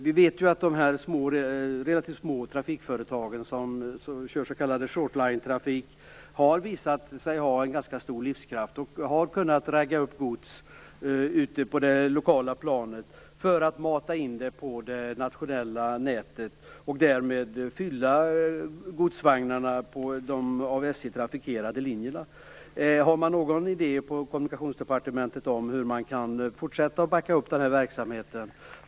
Vi vet att de relativt små trafikföretag som kör s.k. short line-trafik har visat sig ha en ganska stor livskraft. De har kunnat ragga upp gods på det lokala planet och matat in det på det nationella nätet. Därmed har de fyllt godsvagnarna på de av SJ trafikerade linjerna. Har man någon idé på Kommunikationsdepartementet om hur man kan fortsätta att backa upp denna verksamhet?